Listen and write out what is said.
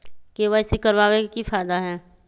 KYC करवाबे के कि फायदा है?